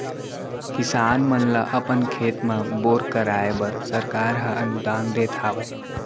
किसान मन ल अपन खेत म बोर कराए बर सरकार हर अनुदान देत हावय